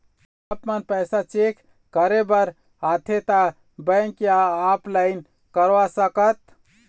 आपमन पैसा चेक करे बार आथे ता बैंक या ऑनलाइन करवा सकत?